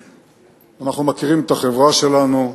אנחנו מכירים את החברה שלנו.